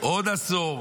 עוד עשור,